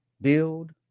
build